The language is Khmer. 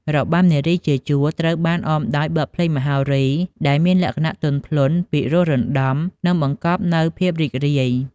របាំនារីជាជួរត្រូវបានអមដោយបទភ្លេងមហោរី ដែលមានលក្ខណៈទន់ភ្លន់ ពីរោះរណ្ដំ និងបង្កប់នូវភាពរីករាយ។